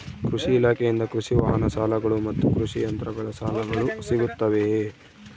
ಕೃಷಿ ಇಲಾಖೆಯಿಂದ ಕೃಷಿ ವಾಹನ ಸಾಲಗಳು ಮತ್ತು ಕೃಷಿ ಯಂತ್ರಗಳ ಸಾಲಗಳು ಸಿಗುತ್ತವೆಯೆ?